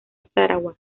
sarawak